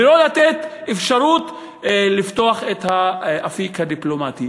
ולא לתת אפשרות לפתוח את האפיק הדיפלומטי.